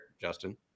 Justin